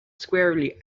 squarely